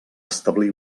establir